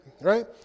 Right